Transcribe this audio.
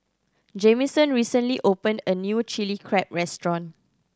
Jamison recently opened a new Chilli Crab restaurant